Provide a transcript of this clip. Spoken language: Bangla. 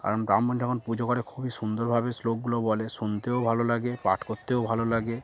কারণ ব্রাহ্মণ যখন পুজো করে খুবই সুন্দরভাবে শ্লোকগুলো বলে শুনতেও ভালো লাগে পাঠ করতেও ভালো লাগে